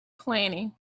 Planning